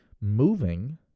moving